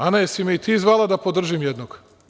Ana, jesi li me i ti zvala da podržim jednog?